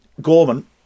Gorman